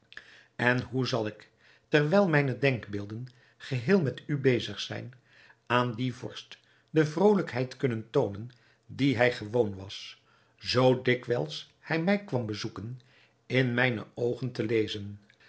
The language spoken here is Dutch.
en hoe zal ik terwijl mijne denkbeelden geheel met u bezig zijn aan dien vorst de vrolijkheid kunnen toonen die hij gewoon was zoo dikwijls hij mij kwam bezoeken in mijne oogen te lezen